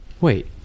wait